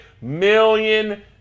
million